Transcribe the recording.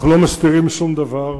אנחנו לא מסתירים שום דבר.